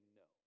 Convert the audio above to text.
no